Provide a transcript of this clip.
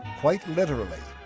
quite literally,